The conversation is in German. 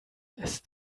ist